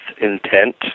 intent